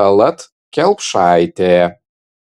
tallat kelpšaitė